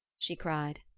she cried.